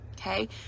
Okay